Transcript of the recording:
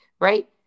right